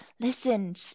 listen